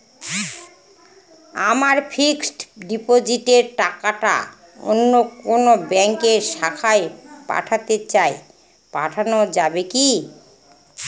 আমার ফিক্সট ডিপোজিটের টাকাটা অন্য কোন ব্যঙ্কের শাখায় পাঠাতে চাই পাঠানো যাবে কি?